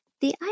The